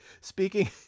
speaking